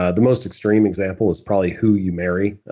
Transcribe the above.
ah the most extreme example is probably who you marry.